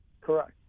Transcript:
Correct